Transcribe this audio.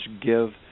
give